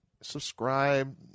subscribe